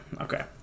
Okay